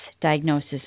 diagnosis